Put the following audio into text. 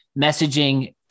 messaging